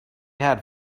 had